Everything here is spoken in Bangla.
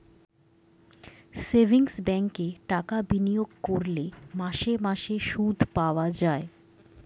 সেভিংস ব্যাঙ্কে টাকা বিনিয়োগ করলে মাসে মাসে সুদ পাওয়া যায়